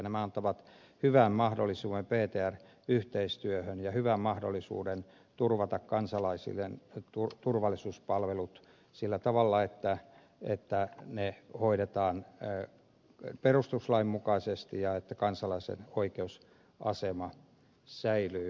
nämä antavat hyvän mahdollisuuden ptr yhteistyöhön ja hyvän mahdollisuuden turvata kansalaisille turvallisuuspalvelut sillä tavalla että ne hoidetaan perustuslain mukaisesti ja että kansalaisen oikeusasema säilyy